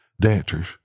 dancers